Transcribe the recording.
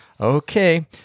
Okay